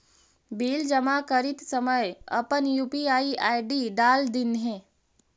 bill जमा करित समय अपन यू.पी.आई आई.डी डाल दिन्हें